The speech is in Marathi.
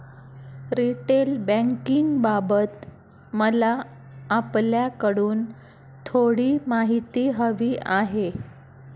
रिटेल बँकिंगबाबत मला आपल्याकडून थोडी माहिती हवी आहे